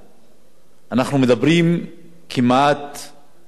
אנחנו מדברים על יותר מ-30 שנה,